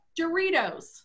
Doritos